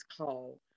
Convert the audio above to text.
call